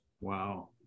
Wow